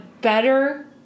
better